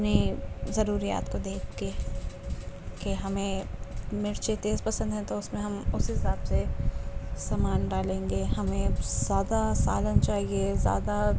اپنے ضروریات کو دیکھ کے کہ ہمیں مرچی تیز پسند ہے تو اس میں ہم اسی حساب سے سامان ڈالیں گے ہمیں زیادہ سالن چاہیے زیادہ